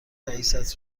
رئیست